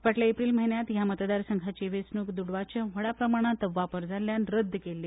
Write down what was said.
फाटल्या एप्रील म्हयन्यांत ह्या मतदारसंघाची वेंचणूक दुडवांचो व्हड प्रमाणांत वापर जाल्ल्यान रद्द केल्ली